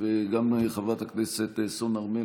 גם חברת הכנסת סון הר מלך.